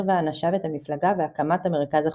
ואנשיו את המפלגה והקמת המרכז החופשי.